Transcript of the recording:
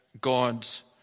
God's